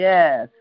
Yes